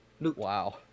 wow